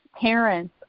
parents